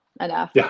enough